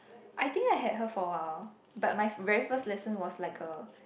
I think I had her for a while but my very first lesson was like a